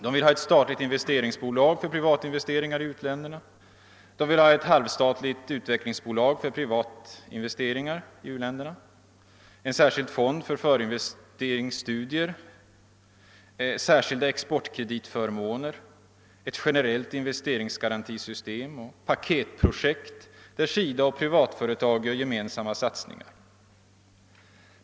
De vill ha ett statligt investeringsbolag för privata investeringar i u-länderna, de vill ha ett halvstatligt utvecklingsbolag för privata investeringar i u-länderna, en särskild fond för förinvesteringsstudier, särskilda exportkreditförmåner, ett särskilt investeringsgarantisystem, paketprojekt där SIDA och privata företag gör gemensamma satsningar.